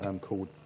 called